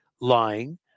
lying